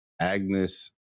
Agnes